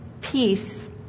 peace